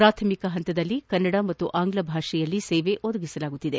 ಪ್ರಾಥಮಿಕ ಹಂತದಲ್ಲಿ ಕನ್ನಡ ಮತ್ತು ಆಂಗ್ಲ ಭಾಷೆಯಲ್ಲಿ ಸೇವೆ ಒದಗಿಸಲಾಗುತ್ತಿದೆ